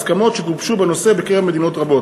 השיטה הנהוגה במרבית המדינות שעמן מבקשת הרשות להתקשר בנושא.